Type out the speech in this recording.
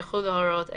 יחולו הוראות אלה: